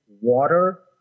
water